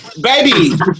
baby